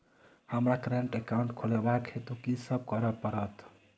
हमरा current account खोलेवाक हेतु की सब करऽ पड़त?